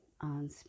on